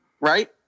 right